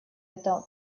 это